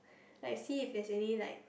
like see if there's any like